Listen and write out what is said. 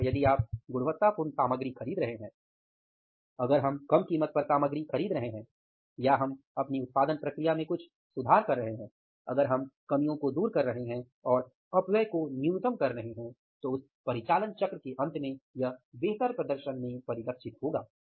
अतः यदि आप गुणवत्तापूर्ण सामग्री खरीद रहे हैं अगर हम कम कीमत पर सामग्री खरीद रहे हैं या हम अपनी उत्पादन प्रक्रिया में कुछ सुधार कर रहे हैं अगर हम कमियों को दूर कर रहे हैं और अपव्यय को न्यूनतम कर रहे हैं तो उस परिचालन चक्र के अंत में यह बेहतर प्रदर्शन में परिलक्षित होगा